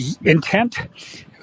intent